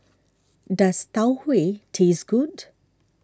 does Tau Huay taste good